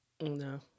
No